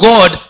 God